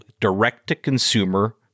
direct-to-consumer